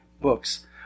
books